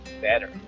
better